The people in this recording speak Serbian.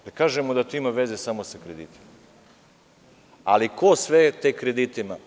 Dobro, da kažemo da to ima veze samo sa kreditima, ali ko sve te kredite ima?